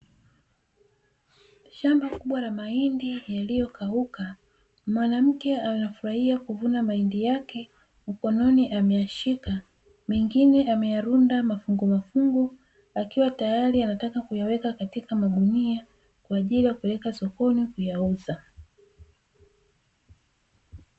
Shamba kubwa la mahindi yaliyokauka mwanamke anafurahia kuvuna mahindi yake, mkononi ameyashika na mengine ameyaweka marundo rundo, akiwa tayari anataka kuyaweka katika magunia kwaajili ya kupeleka sokoni kuyauza.